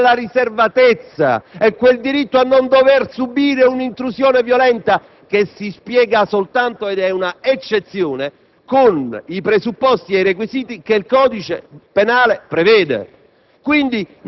è il diritto alla riservatezza, è quel diritto a non dover subire un'intrusione violenta che si spiega soltanto - ed è una eccezione - con i presupposti e i requisiti che il codice penale prevede.